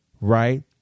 right